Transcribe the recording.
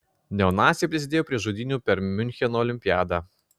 neonaciai prisidėjo prie žudynių per miuncheno olimpiadą